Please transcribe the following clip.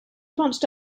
bunched